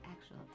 actual